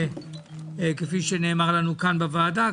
כפי שנאמר לנו כאן בוועדה,